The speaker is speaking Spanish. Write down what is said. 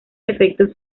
efectos